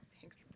Thanks